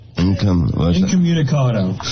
Incommunicado